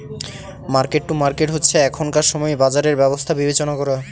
market to market হচ্ছে এখনকার সময় বাজারের ব্যবস্থা বিবেচনা করা